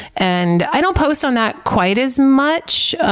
and i don't post on that quite as much,